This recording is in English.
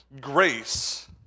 grace